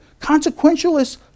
Consequentialists